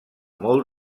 molt